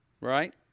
Right